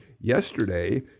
yesterday